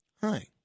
Hi